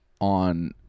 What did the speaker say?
on